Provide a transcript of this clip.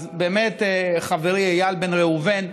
אז באמת, חברי איל בן ראובן,